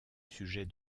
sujet